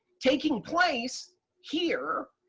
taking place here,